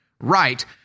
right